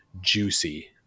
juicy